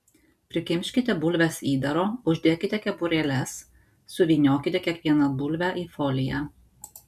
prikimškite bulves įdaro uždėkite kepurėles suvyniokite kiekvieną bulvę į foliją